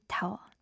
Tower